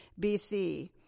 BC